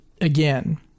again